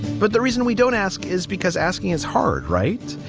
but the reason we don't ask is because asking is hard, right?